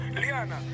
Liana